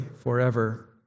forever